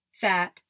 fat